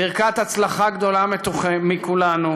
ברכת הצלחה גדולה מכולנו,